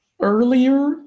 earlier